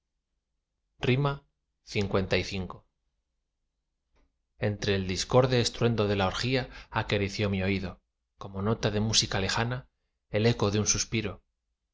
dos á suspirar lv entre el discorde estruendo de la orgía acarició mi oído como nota de música lejana el eco de un suspiro